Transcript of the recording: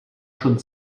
schon